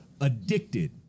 addicted